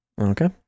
Okay